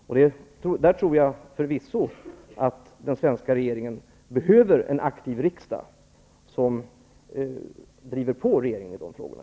Jag tror förvisso att den svenska regeringen behöver en aktiv riksdag som driver på regeringen i de frågorna.